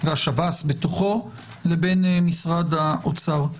והשב"ס בתוכו למשרד האוצר.